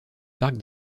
parc